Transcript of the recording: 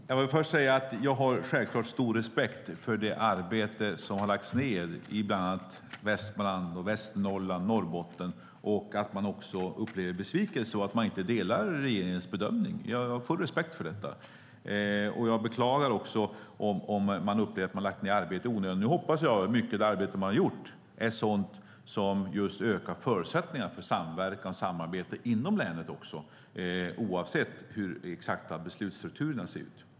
Herr talman! Jag vill först säga att jag självklart har stor respekt för det arbete som har lagts ned i bland annat Västmanland, Västernorrland och Norrbotten och också för att man upplever besvikelse och inte delar regeringens bedömning. Jag har full respekt för detta, och jag beklagar om man upplever att man har lagt ned arbete i onödan. Nu hoppas jag att mycket av det arbete man har gjort är sådant som ökar förutsättningarna för samverkan och samarbete också inom länet, oavsett hur de exakta beslutsstrukturerna ser ut.